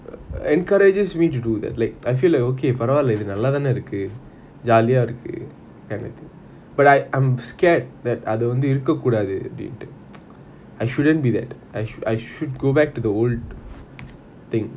a~ encourages me to do that like I feel like okay பரவல் இது நல்ல தான இருக்கு:paraval ithu nalla thaana iruku jolly eh இருக்கு:iruku kind of thing but I I'm scared that I அது வந்து இருக்க கூடாதுனு:athu vanthu iruka kudathunu I shouldn't be that I should I should go back to the old thing